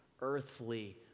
earthly